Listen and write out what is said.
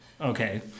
okay